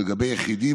לגבי יחידים,